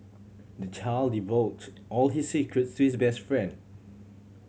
the child divulged all his secrets to his best friend